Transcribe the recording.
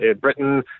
Britain